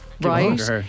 right